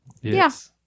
Yes